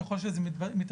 ככל שזה מתאפשר,